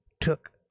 took